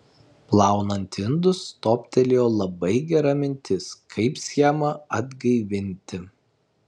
plaunant indus toptelėjo labai gera mintis kaip schemą atgaivinti